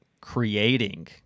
creating